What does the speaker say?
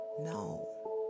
No